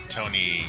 Tony